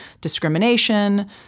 discrimination